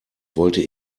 wollte